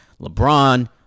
LeBron